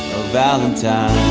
valentine